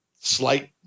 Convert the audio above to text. slight